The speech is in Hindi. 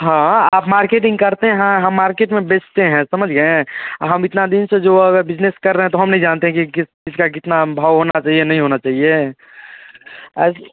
हाँ आप मार्केटिंग करतें हैं हम मार्केट में बेचते हैं समझ गए हम इतना दिन से जो अगर बिज़नेस कर रहें तो हम नहीं जानते हैं कि किस किसका कितना भाव होना चाहिए नहीं होना चाहिए ऐसे